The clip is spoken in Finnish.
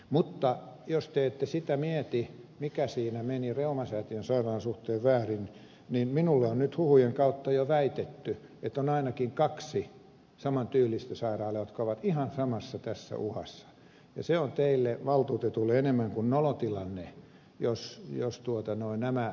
mutta jos te ette sitä mieti mikä siinä meni reumasäätiön sairaalan suhteen väärin niin minulle on nyt huhujen kautta jo väitetty että on ainakin kaksi saman tyylistä sairaalaa jotka ovat tässä ihan samassa uhassa ja se on teille valtuutetuille enemmän kuin nolo tilanne jos nämä muut